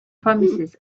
promises